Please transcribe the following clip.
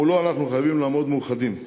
ומולו אנחנו חייבים לעמוד מאוחדים.